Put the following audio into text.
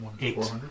Eight